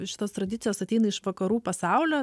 šitos tradicijos ateina iš vakarų pasaulio